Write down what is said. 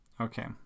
Okay